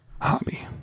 hobby